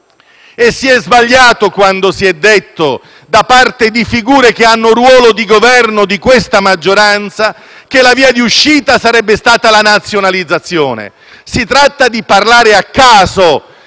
Si è sbagliato quando si è detto, da parte di figure che hanno un ruolo di Governo in questa maggioranza, che la via d'uscita sarebbe stata la nazionalizzazione. Si parla a caso,